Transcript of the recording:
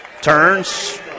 turns